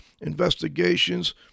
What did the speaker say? investigations